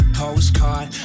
postcard